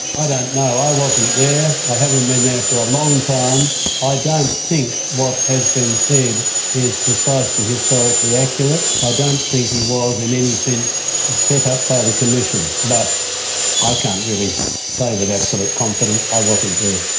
i don't know, i wasn't there, i haven't been there for a long time. i don't think what has been said is precisely historically accurate. i don't think he was in any sense set up by the commission, but i can't really say with absolute confidence. i wasn't there.